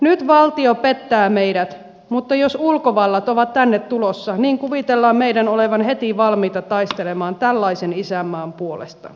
nyt valtio pettää meidät mutta jos ulkovallat ovat tänne tulossa niin kuvitellaan meidän olevan heti valmiita taistelemaan tällaisen isänmaan puolesta